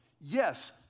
Yes